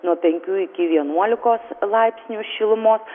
nuo penkių iki vienuolikos laipsnių šilumos